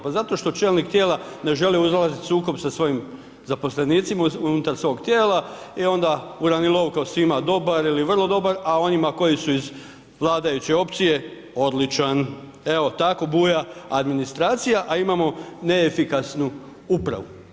Pa zato što čelnik tijela ne želi ulazit u sukob sa svojim zaposlenicima unutar svoj tijela i ona uranilovka u svima dobar ili vrlo dobar, a onima koji su iz vladajuće opcije odličan, evo tako buja administracija, a imamo neefikasnu upravu.